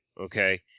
Okay